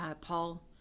Paul